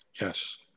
Yes